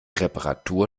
reparatur